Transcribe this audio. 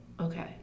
okay